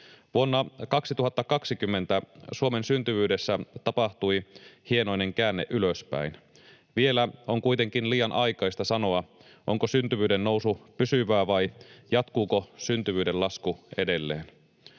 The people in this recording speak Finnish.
Vuonna 2020 Suomen syntyvyydessä tapahtui hienoinen käänne ylöspäin. Vielä on kuitenkin liian aikaista sanoa, onko syntyvyyden nousu pysyvää vai jatkuuko syntyvyyden lasku edelleen.